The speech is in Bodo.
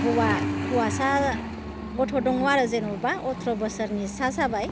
हौवा हौवासा गथ' दङ आरो जेनेबा अथ्र बोसोरनि सा जाबाय